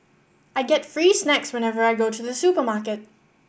I get free snacks whenever I go to the supermarket